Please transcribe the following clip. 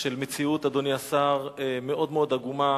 של מציאות, אדוני השר, מאוד מאוד עגומה,